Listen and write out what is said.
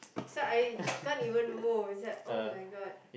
so I can't even go it's like oh-my-God